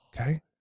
Okay